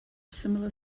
similar